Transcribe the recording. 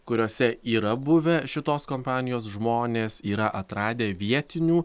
kuriose yra buvę šitos kompanijos žmonės yra atradę vietinių